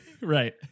right